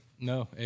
No